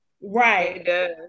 Right